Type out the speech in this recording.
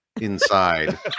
inside